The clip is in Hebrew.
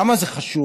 למה זה חשוב?